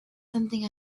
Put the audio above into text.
something